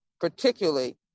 particularly